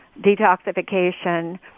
Detoxification